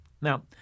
Now